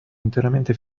interamente